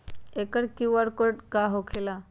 एकर QR code का होकेला?